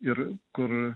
ir kur